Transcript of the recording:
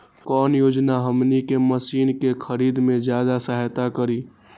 कौन योजना हमनी के मशीन के खरीद में ज्यादा सहायता करी?